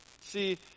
See